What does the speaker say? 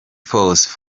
fossey